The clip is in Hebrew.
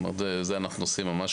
את זה אנחנו עושים ממש